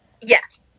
Yes